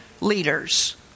leaders